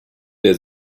der